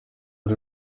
iri